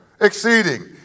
exceeding